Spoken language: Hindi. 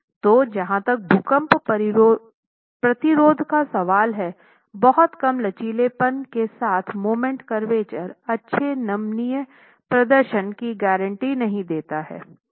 तो जहां तक भूकंप प्रतिरोध का सवाल है बहुत कम लचीलापन के साथ मोमेंट करवेचर अच्छे नमनीय प्रदर्शन की गारंटी नहीं देता हैं